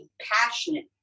passionate